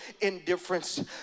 indifference